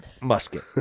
musket